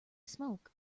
smoke